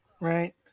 right